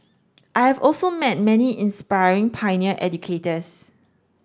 I have also met many inspiring pioneer educators